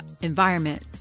environment